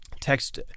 Text